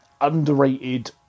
underrated